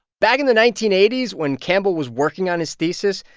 back in the nineteen eighty s when campbell was working on his thesis,